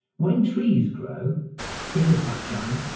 when trees grow in the sunshine,